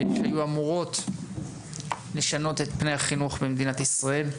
שהיו אמורות לשנות את פני החינוך במדינת ישראל.